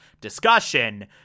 discussion